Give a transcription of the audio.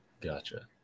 Gotcha